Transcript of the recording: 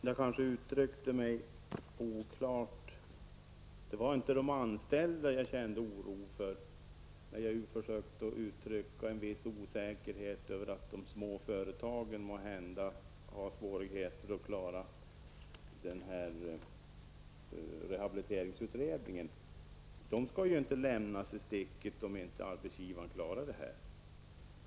Fru talman! Jag uttryckte mig kanske oklart. Det var inte de anställda som jag kände oro för, då jag talade om att de små företagen kanske har svårigheter att klara rehabiliteringsutredningen. De anställda skall ju inte lämnas i sticket om inte arbetsgivaren klarar det hela.